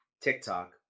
TikTok